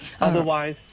otherwise